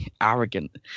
arrogant